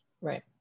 right